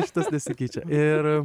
šitas nesikeičia ir